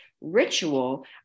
ritual